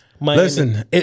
Listen